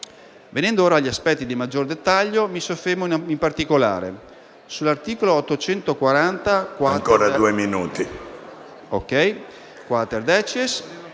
Venendo ora agli aspetti di maggior dettaglio, mi soffermo in particolare